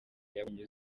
yabonye